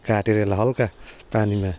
काटेर यसलाई हल्का पानीमा